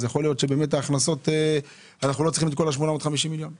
יכול להיות שבאמת אנחנו לא צריכים את כל ה-850 מיליון מההכנסות?